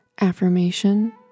Affirmation